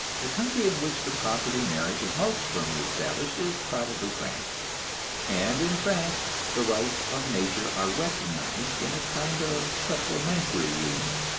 the country in which the property marriage is most firmly established is probably france and in france the rights of nature are recognized in a kind of supplementary union,